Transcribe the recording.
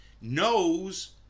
knows